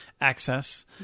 access